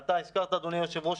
אדוני היושב-ראש,